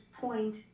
point